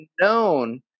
known